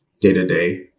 day-to-day